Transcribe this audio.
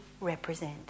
represent